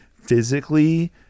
physically